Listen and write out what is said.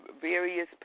various